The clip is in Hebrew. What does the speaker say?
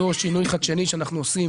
כמו בשינוי חדשני שאנחנו עושים